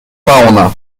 fauna